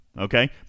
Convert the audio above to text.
Okay